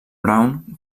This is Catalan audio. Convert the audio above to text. brown